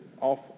off